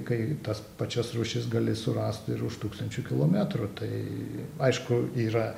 kai tas pačias rūšis gali surast ir už tūkstančių kilometrų tai aišku yra